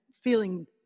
feeling